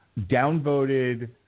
downvoted